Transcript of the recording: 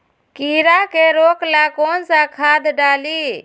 कीड़ा के रोक ला कौन सा खाद्य डाली?